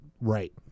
right